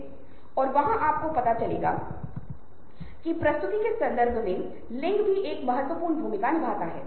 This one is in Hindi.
क्योंकि आपको संचार चैनल को खुला रखने की आवश्यकता है